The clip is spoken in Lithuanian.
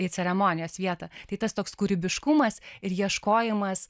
į ceremonijos vietą tai tas toks kūrybiškumas ir ieškojimas